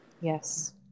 Yes